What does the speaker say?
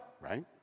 right